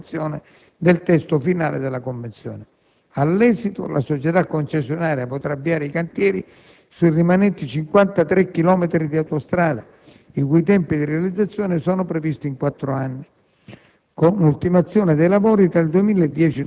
e l'emanazione del decreto interministeriale di approvazione del testo finale della convenzione. All'esito, la società concessionaria potrà avviare i cantieri sui rimanenti 53 chilometri di autostrada, i cui tempi di realizzazione sono previsti in quattro anni,